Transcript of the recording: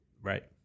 Right